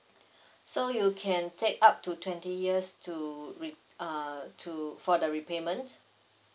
so you can take up to twenty years to re~ uh to for the repayment